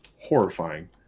horrifying